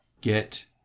Get